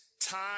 time